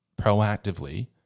proactively